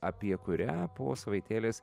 apie kurią po savaitėlės